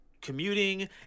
commuting